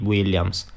Williams